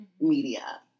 media